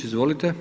Izvolite.